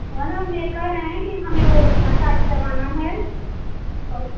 वह न हम ये कह रहे हैं कि हमें वो मसाज करवाना है और